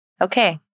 Okay